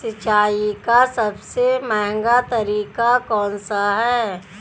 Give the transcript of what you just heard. सिंचाई का सबसे महंगा तरीका कौन सा है?